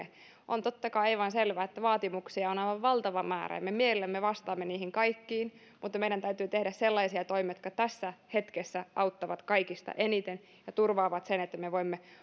on totta kai aivan selvää että vaatimuksia on aivan valtava määrä ja me mielellämme vastaamme niihin kaikkiin mutta meidän täytyy tehdä sellaisia toimia jotka tässä hetkessä auttavat kaikista eniten ja turvaavat sen että me voimme paitsi